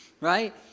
right